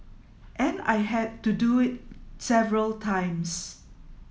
and I had to do it several times